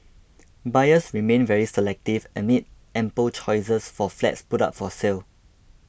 buyers remain very selective amid ample choices of flats put up for sale